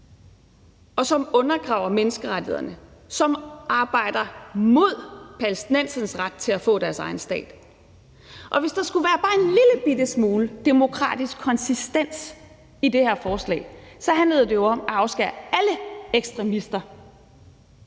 som undergraver menneskerettighederne, og som arbejder imod palæstinensernes ret til at få deres egen stat. Og hvis der skulle være bare en lille bitte smule demokratisk konsistens i det her forslag, handlede det om at afskære alle ekstremister